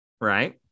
right